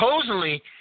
supposedly